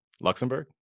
Luxembourg